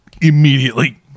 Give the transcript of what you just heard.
immediately